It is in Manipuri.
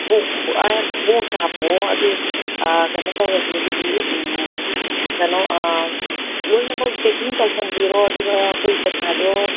ꯕꯣꯛꯁ ꯍꯥꯄꯛꯑꯣ ꯑꯗꯨ ꯀꯩꯅꯣ ꯇꯧꯔꯁꯤ ꯑꯗꯨꯗꯤ ꯀꯩꯅꯣ ꯂꯣꯏꯅꯃꯛ ꯄꯦꯛꯀꯤꯡ ꯇꯧꯁꯟꯕꯤꯔꯣ ꯑꯗꯨꯒ ꯑꯩꯈꯣꯏ ꯄꯩꯁꯥꯗꯣ